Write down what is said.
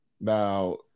Now